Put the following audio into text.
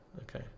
okay